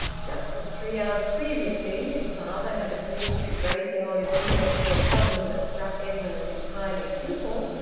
just as three hours previously his father had appeared to be bracing all his intellect to a problem that struck edwin as entirely simple,